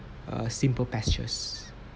err simple pleasures